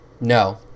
No